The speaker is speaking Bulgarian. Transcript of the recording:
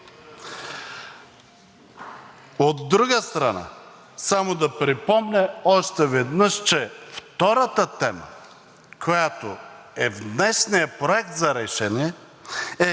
От друга страна, само да припомня още веднъж, че втората тема, която е в днешния проект за решение, е